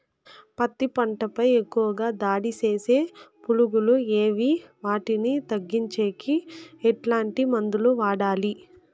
పత్తి పంట పై ఎక్కువగా దాడి సేసే పులుగులు ఏవి వాటిని తగ్గించేకి ఎట్లాంటి మందులు వాడాలి?